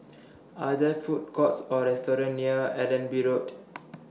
Are There Food Courts Or restaurants near Allenby Road